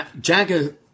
Jagger